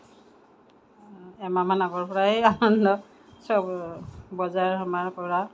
এমাহমান আগৰ পৰাই আনন্দ সব বজাৰ সমাৰ কৰা